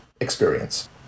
experience